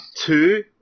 two